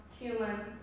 human